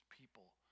people